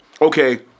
okay